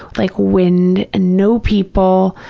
like wind, and no people.